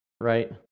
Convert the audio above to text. right